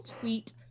tweet